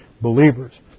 believers